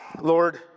Lord